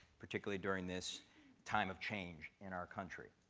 particularly during this time of change in our country.